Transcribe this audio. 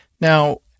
Now